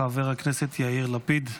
חבר הכנסת יאיר לפיד,